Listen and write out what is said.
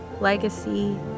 legacy